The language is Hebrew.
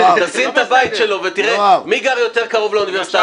שים את הבית שלו ותראה מי גר יותר קרוב לאוניברסיטה,